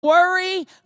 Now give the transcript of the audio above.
Worry